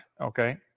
Okay